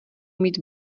mít